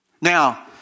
Now